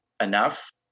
enough